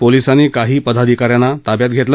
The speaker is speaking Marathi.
पोलिसांनी काही पदाधिका यांना ताब्यात घेतलं